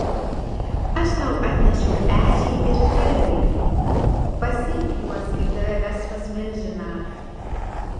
aš tau atnešiau ežį ir žvirblį pasiimk juos kai tave ves pas milžiną